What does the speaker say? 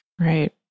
Right